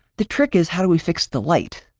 the trick is, how do we fix the light?